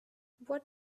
what